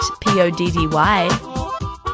P-O-D-D-Y